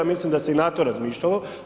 Mislim da se i na to razmišljalo.